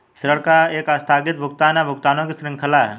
ऋण एक आस्थगित भुगतान, या भुगतानों की श्रृंखला है